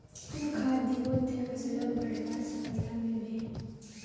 कुन खाद दिबो ते फसलोक बढ़वार सफलता मिलबे बे?